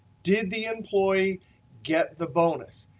did the employee get the bonus?